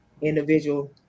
individual